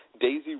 Daisy